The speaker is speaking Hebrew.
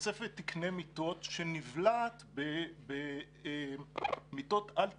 תוספת תקני מיטות שנבלעת במיטות על תקניות.